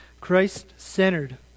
Christ-centered